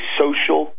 social